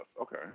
Okay